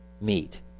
meet